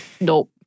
nope